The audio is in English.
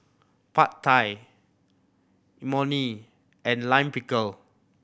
Pad Thai Imoni and Lime Pickle